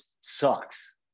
sucks